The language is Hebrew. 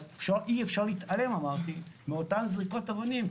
אבל אי-אפשר להתעלם אמרתי מאותן זריקות אבנים,